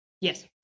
yes